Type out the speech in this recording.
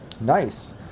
Nice